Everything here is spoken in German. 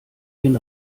den